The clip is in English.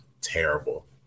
terrible